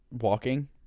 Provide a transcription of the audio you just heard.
walking